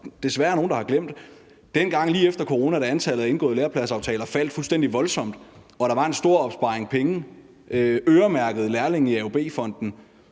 desværre nogen der har glemt – dengang lige efter corona, da antallet af indgåede lærepladsaftaler faldt fuldstændig voldsomt og der var en stor opsparing penge øremærket lærlinge i AUB-fonden,